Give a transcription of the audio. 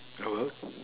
hold up